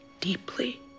deeply